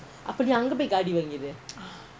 அப்பநீஅங்கபோய்காடிவாங்கிரு:apa nee anka pooi gaadi vaankiru